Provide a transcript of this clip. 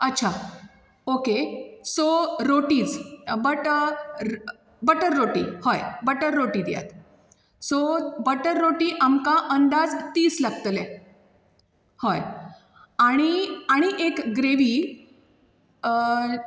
अच्छा okay so rotis but butter roti हय butter roti दियात सो बटर रोटी आमकां अंदाज तीस लागतले हय आणि आनी एक ग्रेवी